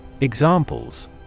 Examples